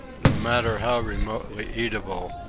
no matter how remotely eatable,